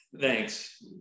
Thanks